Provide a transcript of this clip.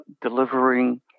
delivering